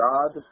God